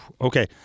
Okay